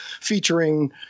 featuring